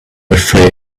afraid